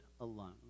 alone